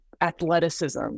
athleticism